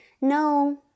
No